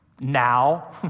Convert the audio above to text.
Now